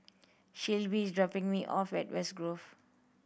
Shelbi dropping me off at West Grove